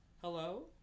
hello